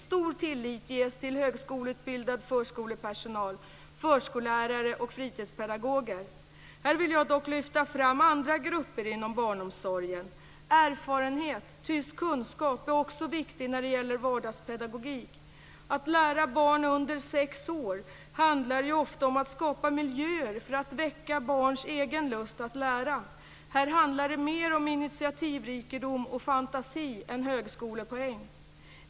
Stor tillit ges till högskoleutbildad förskolepersonal och högskoleutbildade förskollärare och fritidspedagoger. Här vill jag dock lyfta fram andra grupper inom barnomsorgen. Erfarenhet, tyst kunskap, är också viktig när det gäller vardagspedagogik. Att lära barn under sex år handlar ju ofta om att skapa miljöer för att väcka barns egen lust att lära. Här handlar det mer om initiativrikedom och fantasi än högskolepoäng.